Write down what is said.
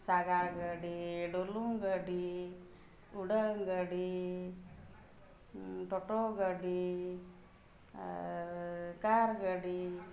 ᱥᱟᱜᱟᱲ ᱜᱟᱹᱰᱤ ᱰᱩᱞᱩᱝ ᱜᱟᱹᱰᱤ ᱩᱰᱟᱹᱱ ᱜᱟᱹᱰᱤ ᱴᱳᱴᱳ ᱜᱟᱹᱰᱤ ᱟᱨ ᱠᱟᱨ ᱜᱟᱹᱰᱤ